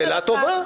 שאלה טובה.